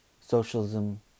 socialism